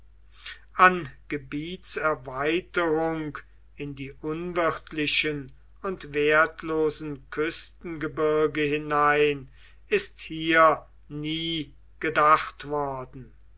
an gebietserweiterung in die unwirtlichen und wertlosen küstengebirge hinein ist hier nie gedacht worden